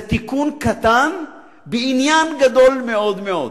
זה תיקון קטן בעניין גדול מאוד מאוד.